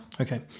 Okay